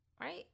Right